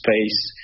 space